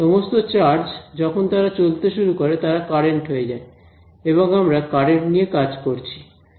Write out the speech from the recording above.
সমস্ত চার্জ যখন তারা চলতে শুরু করে তারা কারেন্ট হয়ে যায় এবং আমরা কারেন্ট নিয়ে কাজ করছি